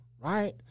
right